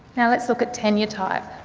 now let's look at tenure type.